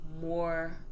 more